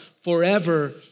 forever